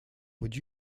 would